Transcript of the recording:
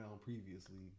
previously